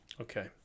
Okay